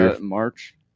March